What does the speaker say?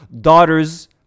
daughter's